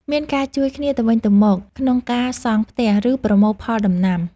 មានការជួយគ្នាទៅវិញទៅមកក្នុងការសង់ផ្ទះ ឬប្រមូលផលដំណាំ។